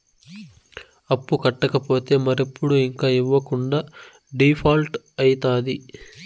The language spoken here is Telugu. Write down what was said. అప్పు కట్టకపోతే మరెప్పుడు ఇంక ఇవ్వకుండా డీపాల్ట్అయితాది